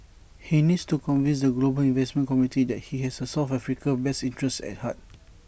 he needs to convince the global investment community that he has south Africa's best interests at heart